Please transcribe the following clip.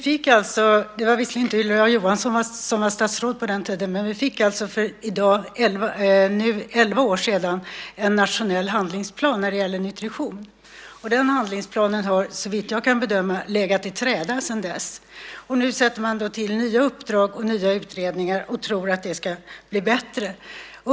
Fru talman! Det var visserligen inte Ylva Johansson som var statsråd på den tiden, men för nu elva år sedan fick vi en nationell handlingsplan när det gäller nutrition. Den handlingsplanen har, såvitt jag kan bedöma, legat i träda sedan dess. Nu sätter man till nya uppdrag och nya utredningar och tror att det ska bli bättre.